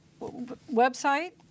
website